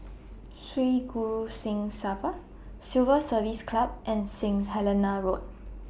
Sri Guru Singh Sabha Civil Service Club and Saint Helena Road